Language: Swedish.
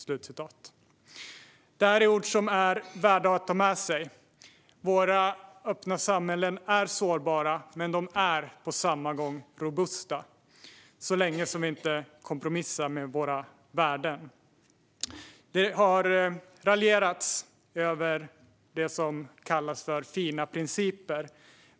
Detta är ord som är värda att ha med sig. Våra öppna samhällen är sårbara, men de är på samma gång robusta, så länge som vi inte kompromissar med våra värden. Det har raljerats över det som kallas fina principer.